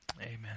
Amen